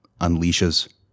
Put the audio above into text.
unleashes